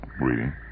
reading